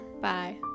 bye